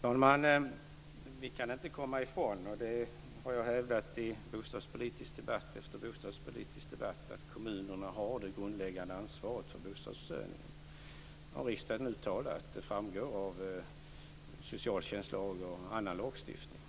Fru talman! Vi kan inte komma ifrån - och det har jag hävdat i debatt efter debatt om bostadspolitiken - att kommunerna har det grundläggande ansvaret för bostadsförsörjningen. Detta har riksdagen uttalat och det framgår av socialtjänstlag och annan lagstiftning.